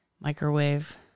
Microwave